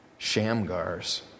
shamgars